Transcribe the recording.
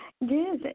Yes